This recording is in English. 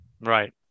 Right